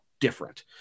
different